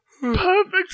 perfect